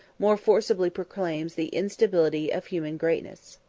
more forcibly proclaims the instability of human greatness.